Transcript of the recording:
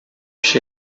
się